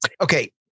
Okay